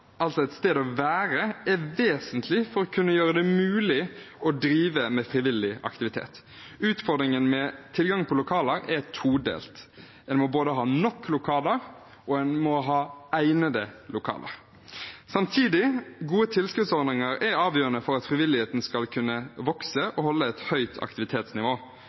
altså et sted å være, er vesentlig for å kunne gjøre det mulig å drive med frivillig aktivitet. Utfordringene med tilgang på lokaler er todelt: En må ha nok lokaler, og en må ha egnede lokaler. Samtidig er gode tilskuddsordninger avgjørende for at frivilligheten skal kunne vokse og holde et høyt aktivitetsnivå.